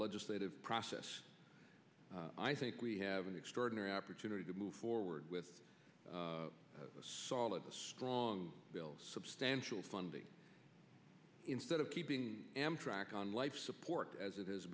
legislative process i think we have an extraordinary opportunity to move forward with a solid a strong bill substantial funding instead of keeping amtrak on life support as it has